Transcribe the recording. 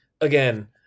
again